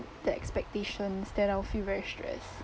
that expectations then I will feel very stressed